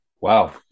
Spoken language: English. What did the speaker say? Wow